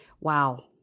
Wow